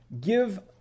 Give